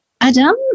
Adam